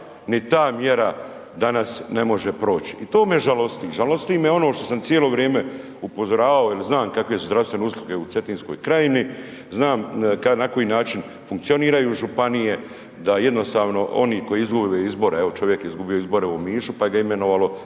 ni ta mjera danas ne može proći i to me žalosti. Žalosti me ono što sam cijelo vrijeme upozoravao jel znam kakve su zdravstvene usluge u Cetinskoj krajini, znam na koji način funkcioniraju županije, da jednostavno oni koji izgube izbore, evo čovjek je izgubio izbore u Omišu, pa ga je imenovalo